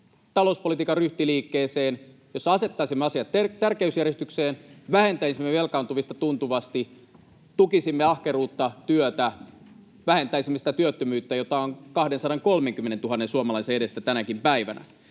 talouspolitiikan ryhtiliikkeeseen, jossa asettaisimme asiat tärkeysjärjestykseen, vähentäisimme velkaantumista tuntuvasti, tukisimme ahkeruutta, työtä, vähentäisimme sitä työttömyyttä, jota on 230 000 suomalaisen edestä tänäkin päivänä.